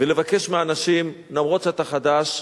ולבקש מאנשים: למרות שאתה חדש,